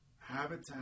Habitat